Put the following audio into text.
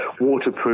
waterproof